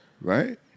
right